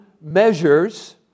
measures